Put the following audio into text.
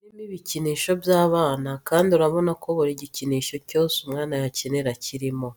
Icyumba kirimo ibikinisho by'abana kandi urabona ko buri gikinisho cyose umwana yakenera kirimo.